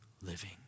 living